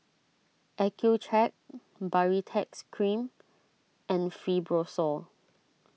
Accucheck Baritex Cream and Fibrosol